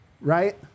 right